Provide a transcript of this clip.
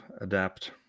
adapt